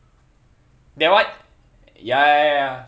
that one ya ya ya